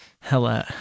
Hello